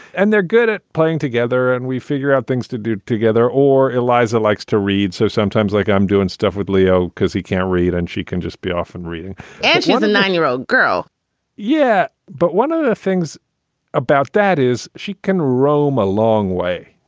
and they're good at playing together and we figure out things to do together or eliza likes to read. so sometimes, like i'm doing stuff with leo because he can't read and she can just be off and reading and she has a nine year old girl yeah, but one of the things about that is she can roam a long way.